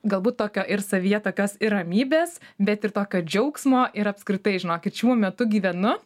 galbūt tokio ir savyje tokios ir ramybės bet ir tokio džiaugsmo ir apskritai žinokit šiuo metu gyvenu